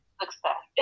success